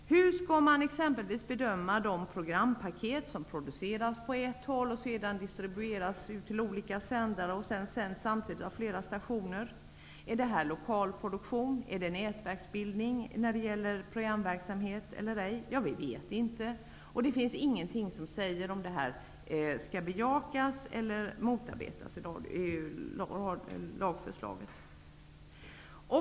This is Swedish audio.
Hur skall man kunna bedöma om de programpaket som produceras på ett håll, som distribueras ut till olika sändare, och som sänds av flera stationer samtidigt är lokalproduktion eller nätverksbildning? Det vet vi inte, och det finns ingenting i lagförslaget som säger huruvida det skall bejakas eller motarbetas.